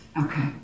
Okay